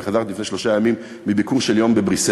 אני חזרתי לפני שלושה ימים מביקור של יום בבריסל,